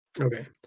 Okay